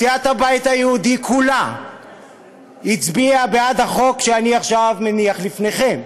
סיעת הבית היהודי כולה הצביעה בעד החוק שאני עכשיו מניח בפניכם.